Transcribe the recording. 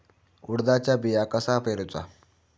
उडदाचा बिया कसा पेरूचा?